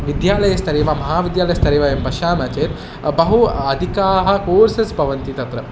विद्यालयस्तरे वा महाविद्यालयस्तरे वयं पश्यामः चेत् बहु अधिकाः कोर्सस् भवन्ति तत्र